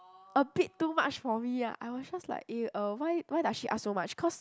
a bit too much for me ah I was just like eh uh why why does she ask so much cause